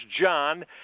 John